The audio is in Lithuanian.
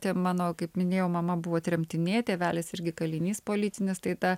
tie mano kaip minėjau mama buvo tremtinė tėvelis irgi kalinys politinis tai tą